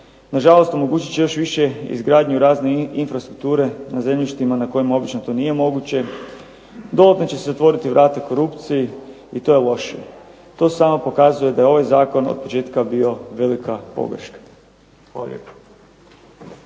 nažalost omogućit će još više izgradnju razne infrastrukture na zemljištima na kojima obično to nije moguće, dotle će se otvoriti vrata korupciji i to je loše. To samo pokazuje da je ovaj zakon od početka bio velika pogreška.